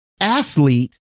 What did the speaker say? athlete